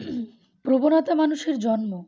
প্রবণতা মানুষের জন্ম